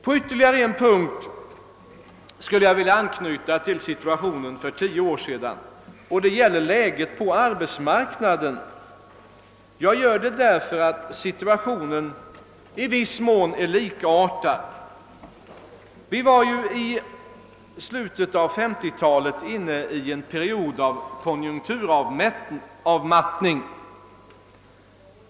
På ytterligare en punkt skulle jag vilja anknyta till situationen för tio år sedan, nämligen beträffande läget på arbetsmarknaden. Jag gör det därför att situationen nu i viss mån är likartad med vad den var för tio år sedan. I slutet av 1950-talet var vi inne i en period av konjunkturavmattning.